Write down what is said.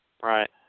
right